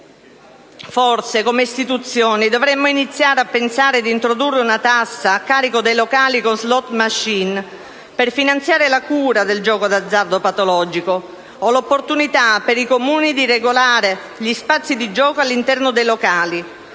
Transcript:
parte delle istituzioni dovremmo forse iniziare a pensare di introdurre una tassa a carico dei locali con *slot machine* per finanziare la cura del gioco d'azzardo patologico, e prevedere l'opportunità per i Comuni di regolare gli spazi di gioco all'interno dei locali,